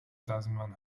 tasman